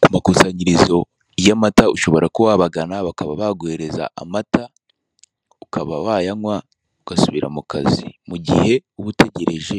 Ku makusanyiririzo y'amata ushobora kuba wabagana, bakaba baguhereza amata, ukaba wayanywa ugasubira mu kazi, mu gihe uba ugetereje